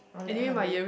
I'll let her know